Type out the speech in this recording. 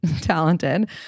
talented